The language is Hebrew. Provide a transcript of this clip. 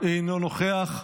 אינו נוכח,